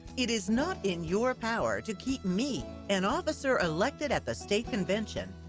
it is not in your power to keep me, an officer elected at the state convention,